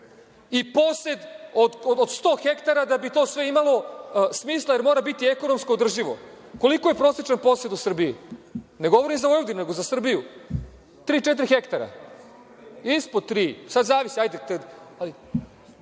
i posed od sto hektara da bi to sve imalo smisla, jer mora biti ekonomski održivo. Koliki je prosečan posed u Srbiji, ne govorim za Vojvodinu, nego za Srbiju? Tri, četiri hektara, ispod tri, sad zavisi.